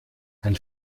ein